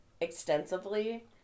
extensively